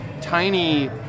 tiny